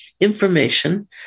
information